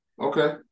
okay